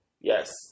yes